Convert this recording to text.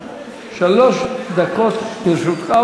שלוש דקות לרשותך,